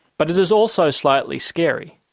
but it is also slightly scary.